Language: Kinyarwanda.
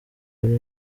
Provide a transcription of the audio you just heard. ally